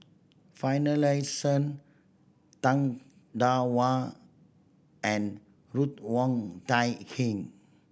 Finlayson Tang Da Wu and Ruth Wong Hie King